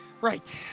Right